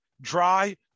dry